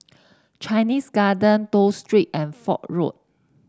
Chinese Garden Toh Street and Fort Road